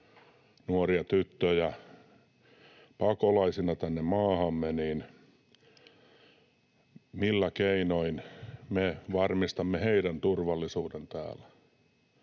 nuoria tyttöjä pakolaisina tänne maahamme, niin millä keinoin me varmistamme heidän turvallisuutensa täällä?